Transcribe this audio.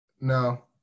No